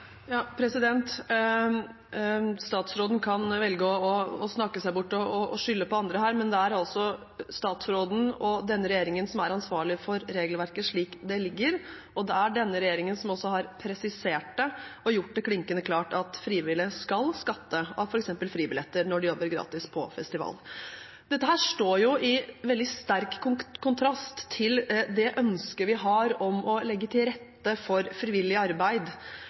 Statsråden kan velge å snakke seg bort og skylde på andre, men det er altså statsråden og denne regjeringen som er ansvarlig for regelverket slik det foreligger, og det er denne regjeringen som også har presisert og gjort det klinkende klart at frivillige skal skatte av f.eks. fribilletter når de jobber gratis på festivaler. Dette står i veldig sterk kontrast til det ønsket vi har om å legge til rette for frivillig arbeid,